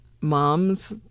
moms